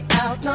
out